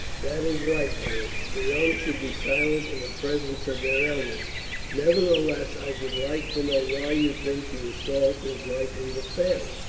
that is right, beric the young should be silent in the presence of their elders nevertheless i should like to know why you think the assault is likely to fail.